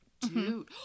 Dude